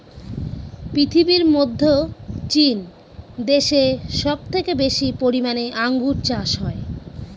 পৃথিবীর মধ্যে চীন দেশে সব থেকে বেশি পরিমানে আঙ্গুর চাষ হয়